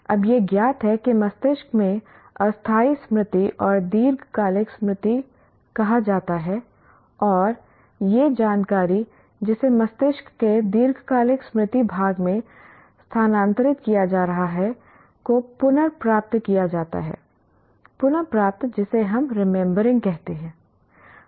अब यह ज्ञात है कि मस्तिष्क में अस्थायी स्मृति और दीर्घकालिक स्मृति कहा जाता है और यह जानकारी जिसे मस्तिष्क के दीर्घकालिक स्मृति भाग में स्थानांतरित किया जा रहा है को पुनर्प्राप्त किया जाता है पुनः प्राप्त जिसे हम रिमेंबरिंग कहते हैं